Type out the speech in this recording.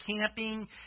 camping